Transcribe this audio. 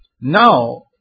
Now